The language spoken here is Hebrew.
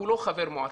הוא לא חבר מועצה,